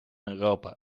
europa